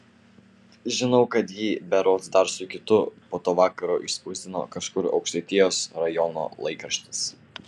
žinau kad jį berods dar su kitu po to vakaro išspausdino kažkur aukštaitijos rajono laikraštis